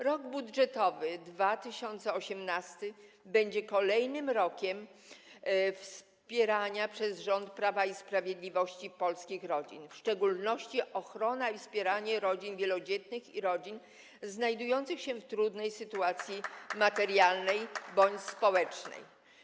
Rok budżetowy 2018 będzie kolejnym rokiem wspierania przez rząd Prawa i Sprawiedliwości polskich rodzin, w szczególności będzie to ochrona i wspieranie rodzin wielodzietnych i rodzin znajdujących się w trudnej sytuacji materialnej bądź społecznej.